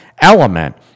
element